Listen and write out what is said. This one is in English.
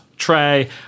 tray